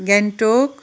Gangtok